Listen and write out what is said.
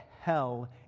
hell